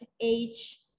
age